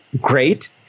Great